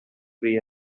free